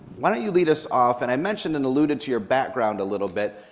why don't you lead us off, and i mentioned and alluded to your background a little bit.